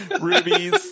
rubies